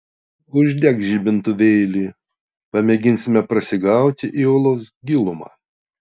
uždek žibintuvėlį pamėginsime prasigauti į olos gilumą